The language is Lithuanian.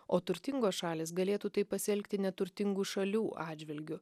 o turtingos šalys galėtų taip pasielgti neturtingų šalių atžvilgiu